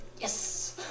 Yes